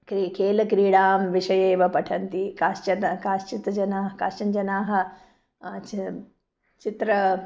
क्रीडा केलक्रीडां विषये एव पठन्ति कश्चन काश्चित् जनाः कश्चन जनाः च चित्रं